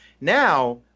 Now